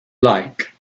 like